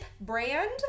brand